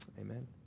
Amen